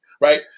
right